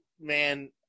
man